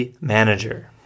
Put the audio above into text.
manager